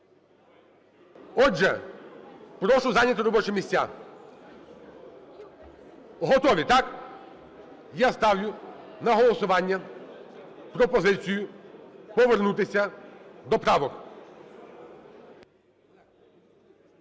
Отже, прошу зайняти робочі місця. Готові, так? Я ставлю на голосування пропозицію повернутися до правок.